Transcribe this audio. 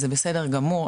זה בסדר גמור,